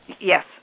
Yes